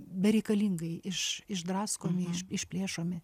bereikalingai iš išdraskomi iš išplėšomi